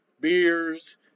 beers